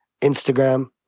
Instagram